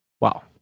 Wow